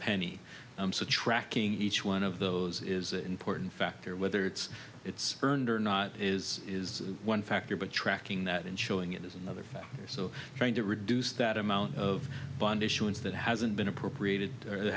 penny tracking each one of those is an important factor whether it's it's earned or not is is one factor but tracking that and showing it is another factor so trying to reduce that amount of bond issuance that hasn't been appropriated or th